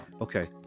Okay